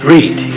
Read